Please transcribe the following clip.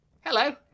hello